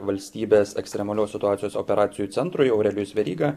valstybės ekstremalios situacijos operacijų centrui aurelijus veryga